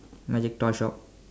magic toy shop